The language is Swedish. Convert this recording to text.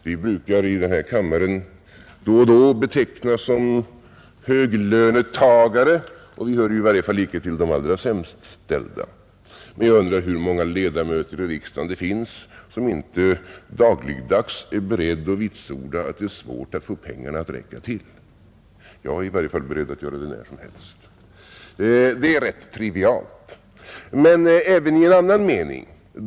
Vi i denna kammare brukar då och då betecknas såsom höglönetagare, och vi hör i varje fall inte till de dåligt ställda. Men jag undrar hur många riksdagsledamöter som inte dagligdags är beredda att vitsorda att det är svårt att få pengarna att räcka till. Jag är i varje fall beredd att göra det när som helst. Det är rätt trivialt. Men även i en annan mening är detta en verklighet.